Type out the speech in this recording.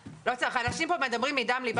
אנשים פה מדברים מדם ליבם.